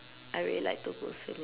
I really like to go swimming